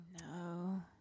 no